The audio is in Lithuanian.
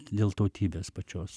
dėl tautybės pačios